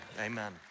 amen